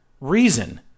reason